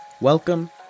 welcome